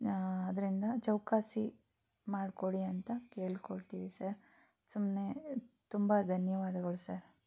ಆದ್ದರಿಂದ ಚೌಕಾಸಿ ಮಾಡಿಕೊಡಿ ಅಂತ ಕೇಳಿಕೊಳ್ತೀವಿ ಸರ್ ಸುಮ್ಮನೆ ತುಂಬ ಧನ್ಯವಾದಗಳು ಸರ್